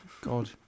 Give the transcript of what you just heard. God